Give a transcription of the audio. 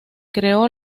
creó